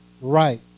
right